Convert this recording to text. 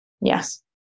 Yes